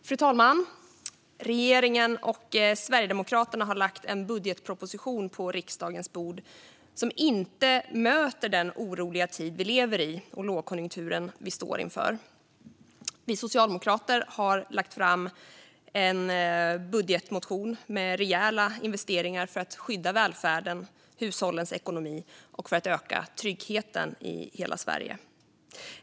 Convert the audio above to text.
Fru talman! Regeringen och Sverigedemokraterna har lagt en budgetproposition på riksdagens bord som inte möter den oroliga tid vi lever i och lågkonjunkturen vi står inför. Vi socialdemokrater har lagt fram en budgetmotion med rejäla investeringar för att skydda välfärden och hushållens ekonomi och för att öka tryggheten i hela Sverige.